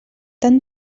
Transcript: tant